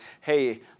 hey